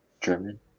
German